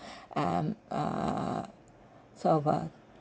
um err sort of a